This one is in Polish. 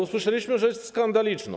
Usłyszeliśmy rzecz skandaliczną.